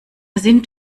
sind